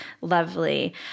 lovely